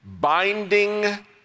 binding